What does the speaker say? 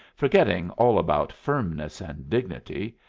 forgetting all about firmness and dignity.